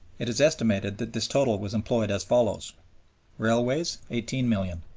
it is estimated that this total was employed as follows railways eighteen million